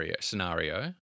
scenario